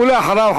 ואחריו,